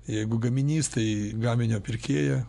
jeigu gaminys tai gaminio pirkėją